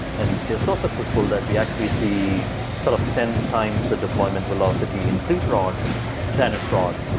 and they're so successful that we actually see sort of ten times the deployment velocity in pre-prod than in prod.